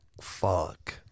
Fuck